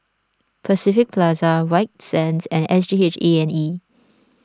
Pacific Plaza White Sands and S G H A and E